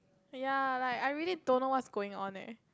ya like I really don't know what's going on eh